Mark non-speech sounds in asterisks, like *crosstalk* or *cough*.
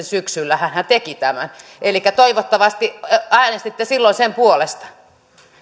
*unintelligible* syksyllä hänhän teki tämän elikkä toivottavasti äänestitte silloin sen puolesta